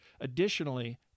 Additionally